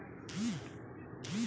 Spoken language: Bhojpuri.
केराटिन से इलाज करावल बड़ी महँगा बा